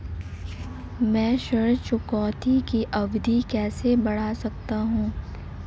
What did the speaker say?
मैं ऋण चुकौती की अवधि कैसे बढ़ा सकता हूं?